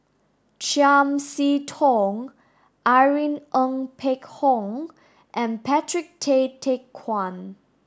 Chiam See Tong Irene Ng Phek Hoong and Patrick Tay Teck Guan